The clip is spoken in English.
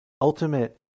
ultimate